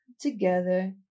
together